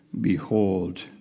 Behold